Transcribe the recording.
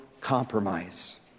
compromise